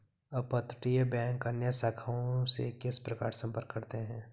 अपतटीय बैंक अन्य शाखाओं से किस प्रकार संपर्क करते हैं?